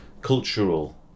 cultural